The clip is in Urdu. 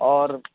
اور